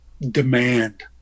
demand